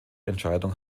entscheidung